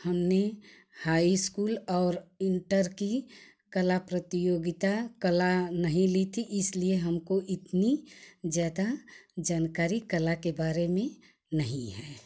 हमने high school और inter की कला प्रतियोगिता कल नहीं ली थी इसलिए हमको इतनी ज़्यादा जानकारी कला के बारे में नहीं है